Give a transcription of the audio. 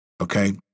Okay